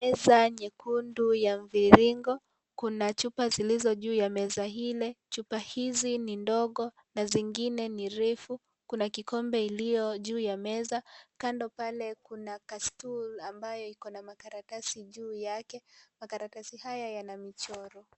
Meza nyekundu ya mviringo kuna chupa zilizo juu ya meza ile chupa hizi ni ndogo na zingine ni refu kuna kikombe iliyojuu ya meza kando pale kuna kastuli ambayo ina makaratasi juu yake , makaratasi haya yana michoro.